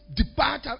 depart